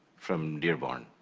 from dearborn.